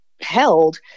held